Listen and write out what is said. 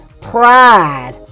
pride